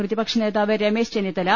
പ്രതിപക്ഷ നേതാവ് രമേശ് ചെന്നിത്തല